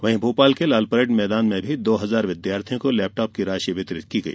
वहीं भोपाल के लाल परैड मैदान में भी दो हजार विद्यार्थियों को लैपटाप की राशि वितरित की गई